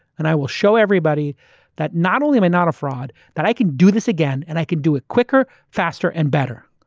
and i will show everybody that not only am i not a fraud, that i can do this again and i could do it quicker, faster and better.